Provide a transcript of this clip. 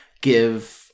give